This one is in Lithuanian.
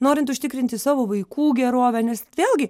norint užtikrinti savo vaikų gerovę nes vėlgi